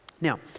Now